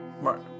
Mark